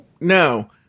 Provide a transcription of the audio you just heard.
No